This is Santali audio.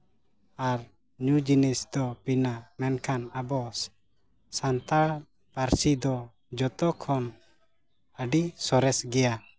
ᱟᱨ ᱧᱩ ᱡᱤᱱᱤᱥ ᱫᱚ ᱯᱤᱱᱟ ᱢᱮᱱᱠᱷᱟᱱ ᱟᱵᱚᱥ ᱥᱟᱱᱛᱟᱲ ᱯᱟᱹᱨᱥᱤ ᱫᱚ ᱡᱚᱛᱚ ᱠᱷᱚᱱ ᱟᱹᱰᱤ ᱥᱚᱨᱮᱥ ᱜᱮᱭᱟ